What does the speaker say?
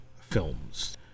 films